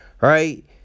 right